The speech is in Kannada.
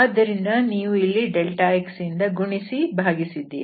ಆದ್ದರಿಂದ ನೀವು ಇಲ್ಲಿ δxನಿಂದ ಗುಣಿಸಿ ಭಾಗಿಸಿದ್ದೀರಿ